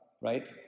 right